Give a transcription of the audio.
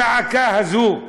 הזעקה הזאת: